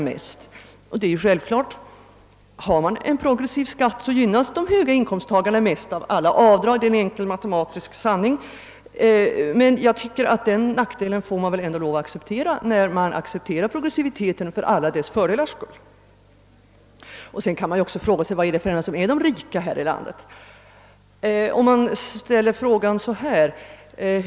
Det är självklart; har man en progressiv beskattning gynnas de höga inkomsttagarna mest av avdrag — det är en enkel matematisk sanning. Men den nackdelen får man väl acceptera när man accepterar progressiviteten för alla dess fördelars skull. Sedan kan man också fråga sig vilka som är de rika i detta land.